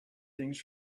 things